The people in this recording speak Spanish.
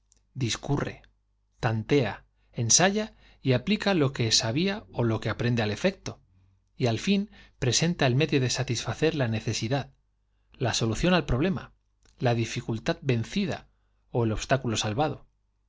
discurre tantea ensaya y aplica lo que sabía ó lo que aprende al efecto y al fin presenta el medio de satisfacer la necesiad la solución al problema dificultad vencida ó el obstáculo salvado